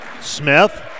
Smith